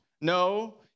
No